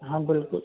हाँ बिल्कुल